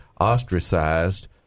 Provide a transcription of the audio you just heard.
ostracized